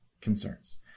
concerns